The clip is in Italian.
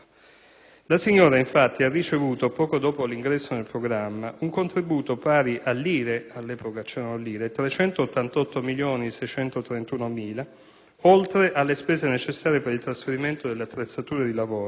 La signora, infatti, ha ricevuto, poco dopo l'ingresso nel programma, un contributo pari a lire (all'epoca vi erano le lire) 388.631.000, oltre alle spese necessarie per il trasferimento delle attrezzature di lavoro.